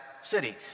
city